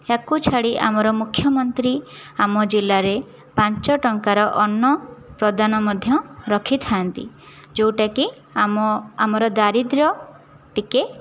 ଏହାକୁ ଛାଡ଼ି ଆମର ମୁଖ୍ୟମନ୍ତ୍ରୀ ଆମ ଜିଲ୍ଲାରେ ପାଞ୍ଚ ଟଙ୍କାର ଅନ୍ନ ପ୍ରଦାନ ମଧ୍ୟ ରଖିଥାନ୍ତି ଯେଉଁଟାକି ଆମ ଆମର ଦାରିଦ୍ର୍ୟ ଟିକିଏ